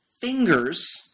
fingers